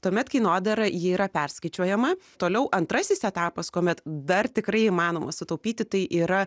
tuomet kainodara ji yra perskaičiuojama toliau antrasis etapas kuomet dar tikrai įmanoma sutaupyti tai yra